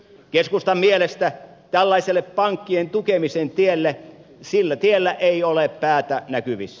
keskustan mielestä tällaisella pankkien tukemisen tiellä ei ole päätä näkyvissä